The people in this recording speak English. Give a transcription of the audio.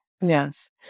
Yes